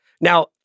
Now